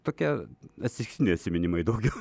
tokia atsitiktiniai atsiminimai daugiau